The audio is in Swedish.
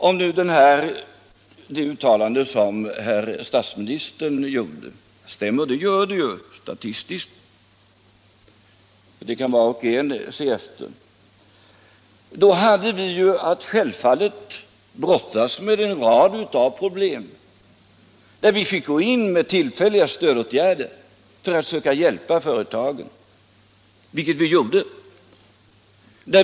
Om nu det uttalande som statsministern gjorde stämmer, herr Åsling — och det gör det ju statistiskt, som var och en kan kontrollera — hade vi självfallet ändå en rad problem, och vi fick gå in med tillfälliga stödåtgärder för att försöka hjälpa företagen.